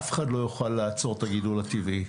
אף אחד לא יוכל לעצור את הגידול הטבעי,